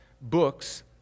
books